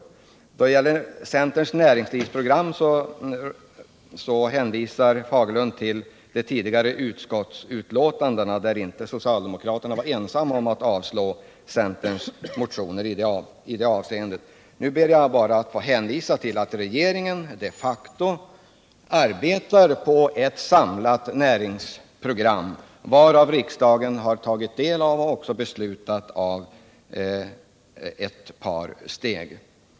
När det gäller centerns näringslivsprogram hänvisar Bengt Fagerlund till de tidigare utskottsbetänkanden där socialdemokraterna inte var ensamma om att avstyrka centerns motioner i det avseendet. Nu ber jag bara att få hänvisa till att regeringen de facto arbetar med ett samlat näringsprogram, varav riksdagen har tagit del och även beslutat om ett par steg.